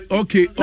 okay